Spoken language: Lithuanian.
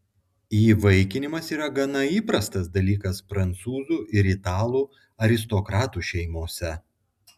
įvaikinimas yra gana įprastas dalykas prancūzų ir italų aristokratų šeimose